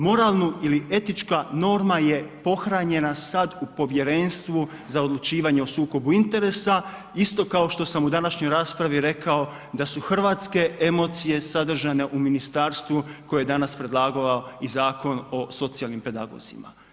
Moralnu ili etička norma je pohranjena sad u Povjerenstvu za odlučivanje o sukobu interesa, isto kao što sam u današnjoj raspravi rekao da su hrvatske emocije sadržane u ministarstvu koje je danas predlagao i Zakon o socijalnim pedagozima.